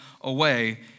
away